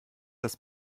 das